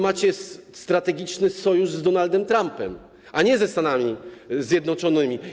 Macie strategiczny sojusz z Donaldem Trumpem, a nie ze Stanami Zjednoczonymi.